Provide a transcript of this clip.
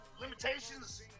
Limitations